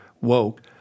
woke